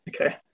okay